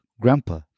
Grandpa